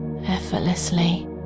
effortlessly